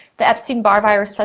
the epstein-barr virus, so